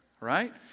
right